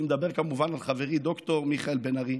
אני מדבר כמובן על חברי ד"ר מיכאל בן ארי,